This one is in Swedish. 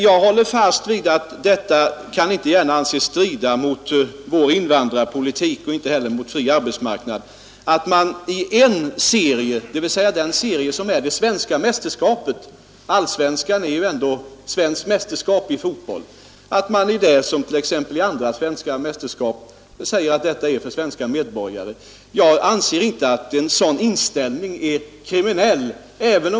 Jag håller fast vid att detta beslut inte gärna kan anses strida mot vår invandrarpolitik och inte heller mot principen om en fri arbetsmarknad. Att man i en enda serie, som gäller det svenska mästerskapet — allsvenskan är väl ändå svenskt mästerskap i fotboll — liksom i andra svenska mästerskap säger att detta är för svenska medborgare, det anser jag inte är någon kriminell inställning.